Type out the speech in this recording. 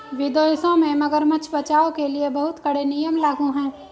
विदेशों में मगरमच्छ बचाओ के लिए बहुत कड़े नियम लागू हैं